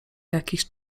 jakiś